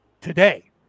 today